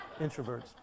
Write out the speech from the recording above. introverts